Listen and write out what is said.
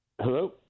Hello